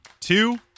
two